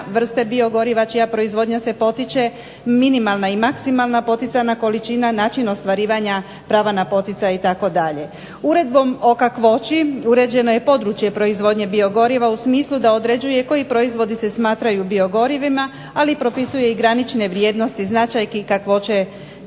vrste biogoriva čija proizvodnja se potiče, minimalna i maksimalna poticana količina, način ostvarivanja prava na poticaj itd. Uredbom o kakvoći uređeno je područje proizvodnje biogoriva u smislu da određuje koji proizvodi se smatraju biogorivima, ali i propisuje i granične vrijednosti značajki kakvoće